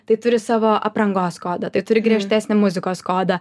tai turi savo aprangos kodą tai turi griežtesnį muzikos kodą